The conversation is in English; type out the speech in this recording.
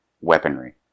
weaponry